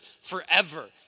forever